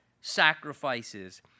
sacrifices